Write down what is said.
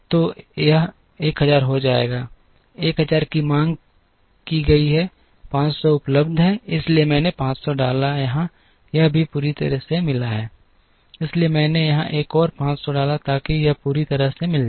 तो यह 1000 हो जाएगा 1000 की मांग की गई है 500 उपलब्ध है इसलिए मैंने 500 डाला यहां यह भी पूरी तरह से मिला है इसलिए मैंने यहां एक और 500 डाला ताकि यह पूरी तरह से मिल जाए